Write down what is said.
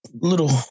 little